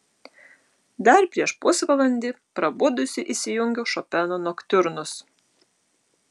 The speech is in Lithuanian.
dar prieš pusvalandį prabudusi įsijungiau šopeno noktiurnus